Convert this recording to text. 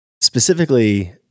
specifically